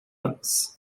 anos